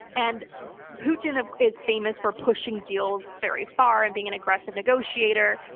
and putin ah is famous for pushing deals very far and being an aggressive negotiator,